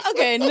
Okay